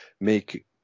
make